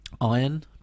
Iron